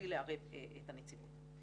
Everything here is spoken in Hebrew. מבלי לערב את הנציבות.